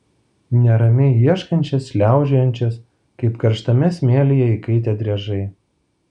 neramiai ieškančias šliaužiojančias kaip karštame smėlyje įkaitę driežai